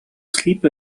sleep